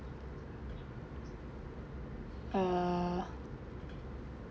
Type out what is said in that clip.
uh